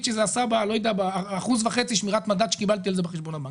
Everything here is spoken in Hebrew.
שזה עשה אחוז וחצי בשמירת מדד שקיבלתי בחשבון הבנק.